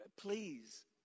Please